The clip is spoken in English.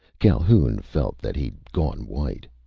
calhoun felt that he'd gone white.